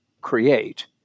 create